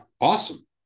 awesome